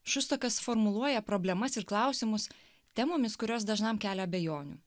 šustokas formuluoja problemas ir klausimus temomis kurios dažnam kelia abejonių